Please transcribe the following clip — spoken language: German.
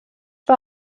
war